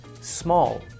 small